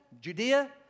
Judea